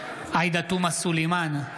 עאידה תומא סלימאן,